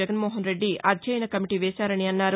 జగన్మోహన్ రెడ్డి అధ్యయన కమిటీ వేశారన్నారు